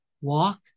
walk